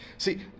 See